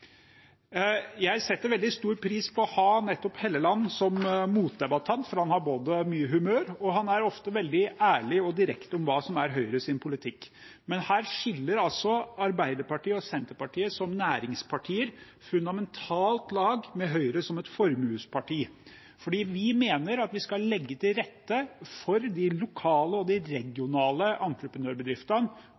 Jeg setter veldig stor pris på å ha nettopp Helleland som motdebattant, for han har mye humør, og han er ofte veldig ærlig og direkte om hva som er Høyres politikk. Her skiller Arbeiderpartiet og Senterpartiet som næringspartier fundamentalt lag med Høyre som et formuesparti. Vi mener at vi skal legge til rette for de lokale og regionale entreprenørbedriftene